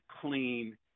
clean